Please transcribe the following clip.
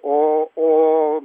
o o